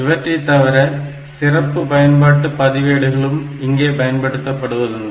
இவற்றைத் தவிர சிறப்பு பயன்பாட்டு பதிவேடுகளும் இங்கே பயன்படுத்தப்படுவதுண்டு